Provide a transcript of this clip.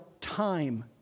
time